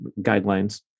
guidelines